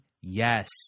Yes